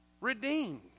Redeemed